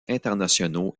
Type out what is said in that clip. internationaux